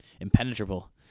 impenetrable